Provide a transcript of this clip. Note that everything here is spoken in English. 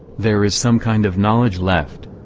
there is some kind of knowledge left.